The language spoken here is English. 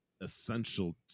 essential